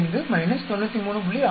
85 93